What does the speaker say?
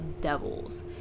devils